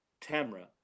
Tamra